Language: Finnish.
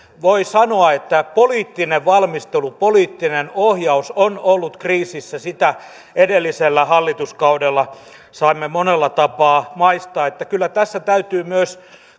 voi sanoa että poliittinen valmistelu ja poliittinen ohjaus ovat olleet kriisissä sitä edellisellä hallituskaudella saimme monella tapaa maistaa että kyllä tässä täytyy myös